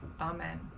Amen